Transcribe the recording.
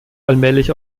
allmählich